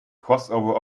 crossover